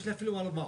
יש לי אפילו מה לומר.